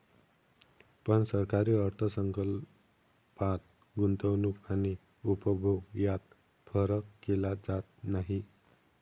पण सरकारी अर्थ संकल्पात गुंतवणूक आणि उपभोग यात फरक केला जात नाही